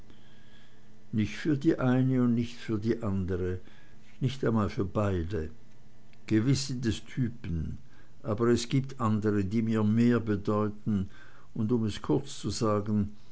nicht für die eine und nicht für die andre nicht einmal für beide gewiß sind es typen aber es gibt andre die mir mehr bedeuten und um es kurz zu sagen